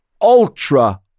ultra